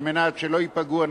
על מנת שלא ייפגעו הנכים.